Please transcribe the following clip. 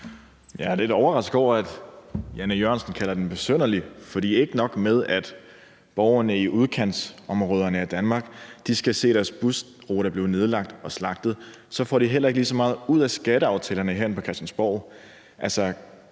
Jeg er lidt overrasket over, at Jan E. Jørgensen kalder den besynderlig. For ikke nok med, at borgerne i udkantsområderne af Danmark skal se deres busrute blive nedlagt og slagtet, så får de heller ikke lige så meget ud af skatteaftalerne herinde på Christiansborg.